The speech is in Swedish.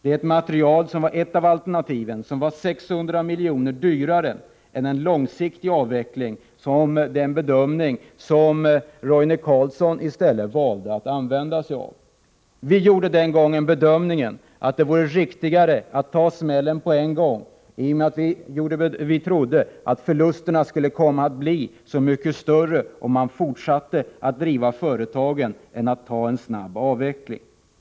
Detta material var ett av alternativen, och det var 600 miljoner dyrare än en långsiktig avveckling. Roine Carlsson bedömde saken så, att det var bättre med en långsiktig avveckling. Vi gjorde den gången bedömningen att det vore riktigare att ta smällen på en gång, eftersom vi trodde att förlusterna skulle komma att bli så mycket större om man fortsatte att driva företagen än om man företog en snabb avveckling.